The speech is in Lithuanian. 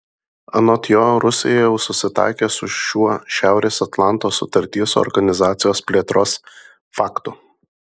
anot jo rusija jau susitaikė su šiuo šiaurės atlanto sutarties organizacijos plėtros faktu